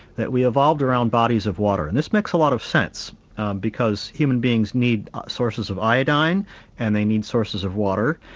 that we evolved around bodies of water, and this makes a lot of sense because human beings need sources of iodine and they need sources of water.